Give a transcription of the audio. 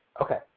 Okay